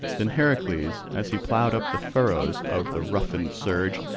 then heracles, as he ploughed up the furrows of the roughened surge,